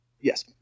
Yes